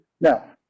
now